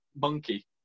monkey